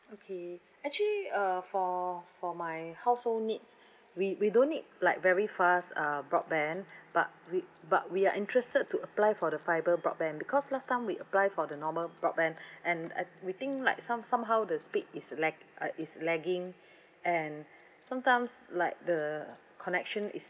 okay actually uh for for my household needs we we don't need like very fast uh broadband but we but we are interested to apply for the fiber broadband because last time we apply for the normal broadband and I we think like some somehow the speed is lag uh is lagging and sometimes like the connection is